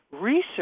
research